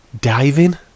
diving